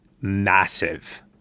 massive